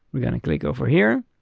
we're going to click over here.